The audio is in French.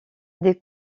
des